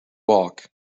walk